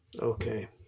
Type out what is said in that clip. Okay